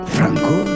Franco